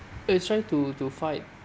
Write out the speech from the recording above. I try to to fight